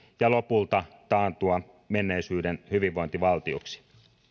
ja lopulta taantua menneisyyden hyvinvointivaltioksi